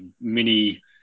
mini